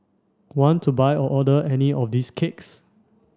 want to buy or order any of these cakes